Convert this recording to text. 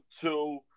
two